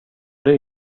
det